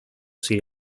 sin